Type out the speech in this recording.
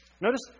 Notice